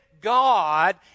God